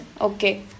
Okay